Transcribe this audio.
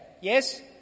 Yes